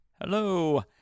Hello